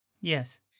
Yes